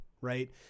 right